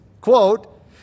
Quote